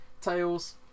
tails